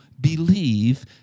believe